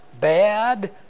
bad